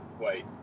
Wait